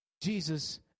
Jesus